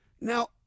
Now